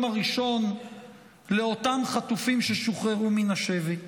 הראשון לאותם חטופים ששוחררו מן השבי.